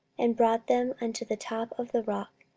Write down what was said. and brought them unto the top of the rock,